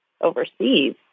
overseas